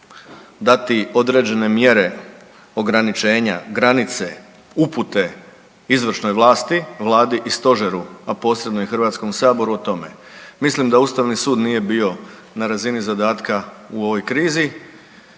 dati određene mjere ograničenja, granice, upute izvršnoj vlasti, Vladi i Stožeru, a posebno i Hrvatskom saboru o tome. Mislim da Ustavni sud nije bio na razini zadatka u ovoj krizi